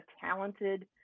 talented